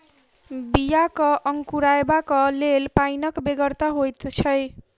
बियाक अंकुरयबाक लेल पाइनक बेगरता होइत छै